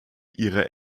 ihre